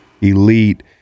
elite